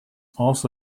also